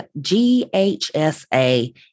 GHSA